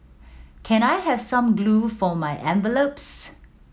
can I have some glue for my envelopes